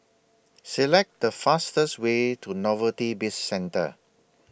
Select The fastest Way to Novelty Bizcentre